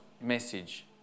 message